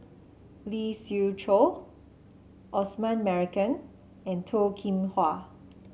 Lee Siew Choh Osman Merican and Toh Kim Hwa